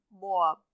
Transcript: more